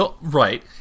Right